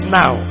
now